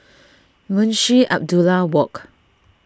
Munshi Abdullah Walk